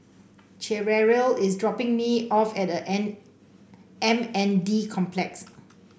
Cherrelle is dropping me off at N M N D Complex